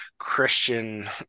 christian